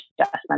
adjustment